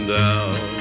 down